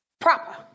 proper